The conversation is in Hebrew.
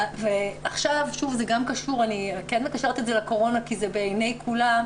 עכשיו זה גם קשור לקורונה, כי זה בעיני כולם,